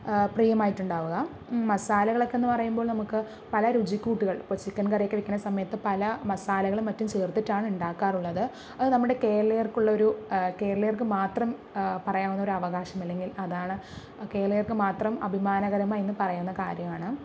പ്രിയമായിട്ടുണ്ടാവുക മസാലകളൊക്കെയെന്ന് പറയുമ്പോൾ നമുക്ക് പല രുചിക്കൂട്ടുകൾ ഇപ്പോൾ ചിക്കൻ കറിയൊക്കെ വയ്ക്കണ സമയത്ത് പല മസാലകളും മറ്റും ചേർത്തിട്ടാണ് ഉണ്ടാക്കാറുള്ളത് അത് നമ്മുടെ കേരളീയർക്കുള്ളൊരു കേരളീയർക്ക് മാത്രം പറയാവുന്ന ഒരു അവകാശമല്ലെങ്കിൽ അതാണ് കേരളീയർക്ക് മാത്രം അഭിമാനകരമായി എന്ന് പറയുന്ന കാര്യമാണ്